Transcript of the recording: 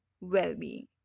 well-being